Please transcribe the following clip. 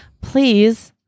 please